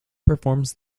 performs